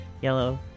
yellow